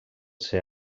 ser